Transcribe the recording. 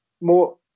More